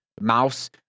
mouse